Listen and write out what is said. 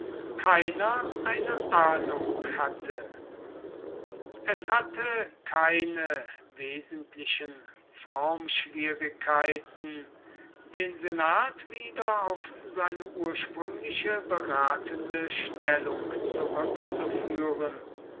keiner eine ahnung hatte es hatte keine wesentlichen formschwierigkeiten den senat wieder auf seine ursprüngliche beratende stellung zurückzuführen